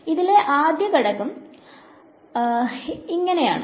ഇതിലെ ആദ്യത്തെ ഘടകം ആണ്